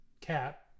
Cat